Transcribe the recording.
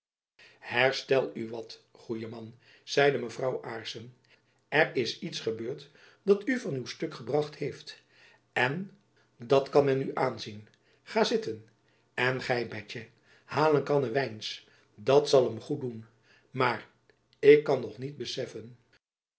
herstel u wat goede man zeide mevrouw aarssen er is u iets gebeurd dat u van uw stuk gebracht heeft dat kan men u aanzien ga zitten en gy betjen haal een kanne wijns dat zal hem goed doen maar ik kan nog niet beseffen